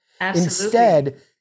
Instead-